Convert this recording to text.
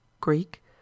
Greek